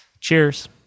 Cheers